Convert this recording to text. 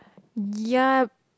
ya